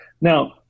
Now